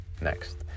Next